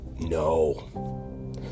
No